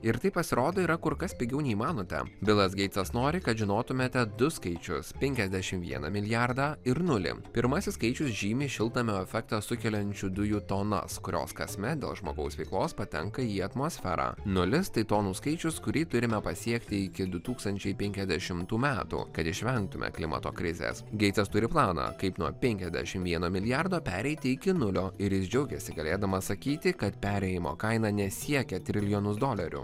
ir tai pasirodo yra kur kas pigiau nei manote bilas geitsas nori kad žinotumėte du skaičius penkiasdešimt vieną milijardą ir nulį pirmasis skaičius žymi šiltnamio efektą sukeliančių dujų tonas kurios kasmet dėl žmogaus veiklos patenka į atmosferą nulis tai tonų skaičius kurį turime pasiekti iki du tūkstančiai penkiasdešimtų metų kad išvengtume klimato krizės geitsas turi planą kaip nuo penkiasdešimt vieno milijardo pereiti iki nulio ir jis džiaugiasi galėdamas sakyti kad perėjimo kaina nesiekia trilijonus dolerių